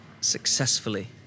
successfully